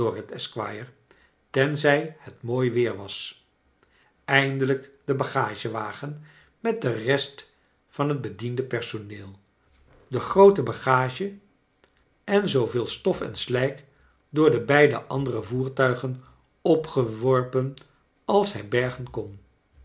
tenzij het mooi weer was eindelijk de bagagewagen met de rest van het bediendenpersoneel de groote bagage en zooveel stof en slijk door de beide andere voertuigen opgeworpen als hij bergen kon